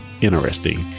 interesting